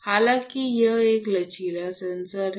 हालांकि यह एक लचीला सेंसर है